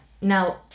Now